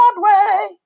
Broadway